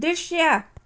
दृश्य